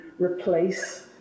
replace